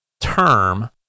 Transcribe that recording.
term